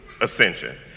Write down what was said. ascension